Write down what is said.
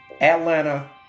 Atlanta